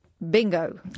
Bingo